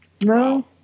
No